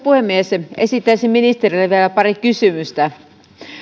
puhemies esittäisin ministerille vielä pari kysymystä